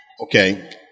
okay